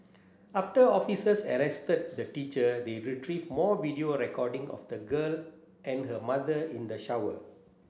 after officers arrested the teacher they retrieved more video recording of the girl and her mother in the shower